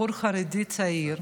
בחור חרדי צעיר,